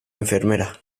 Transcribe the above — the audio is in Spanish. enfermera